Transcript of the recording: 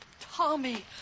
Tommy